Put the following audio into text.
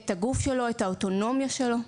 את הגוף שלו ואת האוטונומיה שלו.